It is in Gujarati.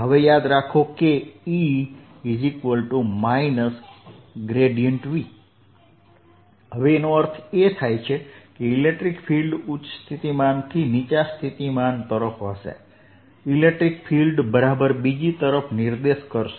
હવે યાદ રાખો કે E Vઅને એનો અર્થ એ છે કે ઇલેક્ટ્રિક ફીલ્ડ ઉચ્ચ સ્થિતિમાનથી નીચા સ્થિતિમાન તરફ હશે ઇલેક્ટ્રિક ફીલ્ડ બરાબર બીજી તરફ નિર્દેશ કરશે